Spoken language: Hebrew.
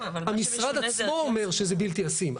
המשרד עצמו אומר שזה בלתי ישים.